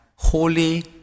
holy